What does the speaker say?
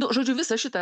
nu žodžiu visą šitą